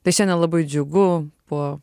tai šiandien labai džiugu po